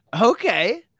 Okay